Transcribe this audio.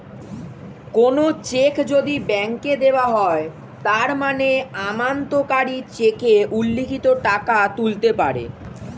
কোনো চেক যদি ব্যাংকে দেওয়া হয় তার মানে আমানতকারী চেকে উল্লিখিত টাকা তুলতে পারে